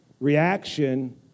reaction